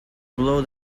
blow